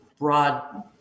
broad